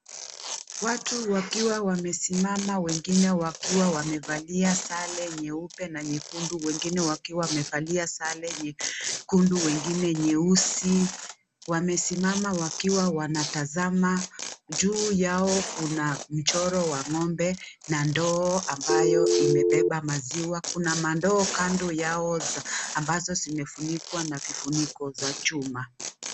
Watu wakiwa wamesimama wengine wakiwa wamevalia sare nyeupe na nyekundu wengine wakiwa wamevalia sare nyekundu wengine nyeusi wamesimama wakiwa wanatazama, juu yao kuna mchoro wa ngombe na ndoo ambayo imebeba maziwa kuna mandoo kando yao ambazo zimefunikwa na vifuniko za chuma.